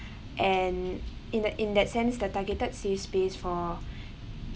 and in the in that sense the targeted safe space for